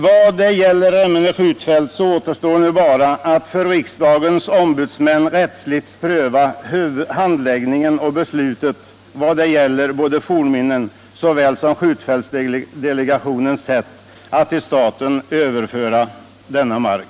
I fråga om Remmene skjutfält återstår nu bara att riksdagens ombudsmän rättsligt prövar handläggning och beslut vad gäller såväl fornminnen som skjutfältsdelegationens sätt att till staten överföra denna mark.